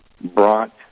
brought